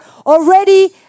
already